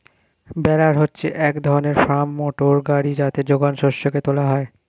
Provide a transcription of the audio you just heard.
বেলার হচ্ছে এক ধরনের ফার্ম মোটর গাড়ি যাতে যোগান শস্যকে তোলা হয়